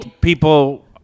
people